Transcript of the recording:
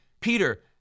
peter